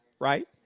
Right